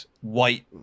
white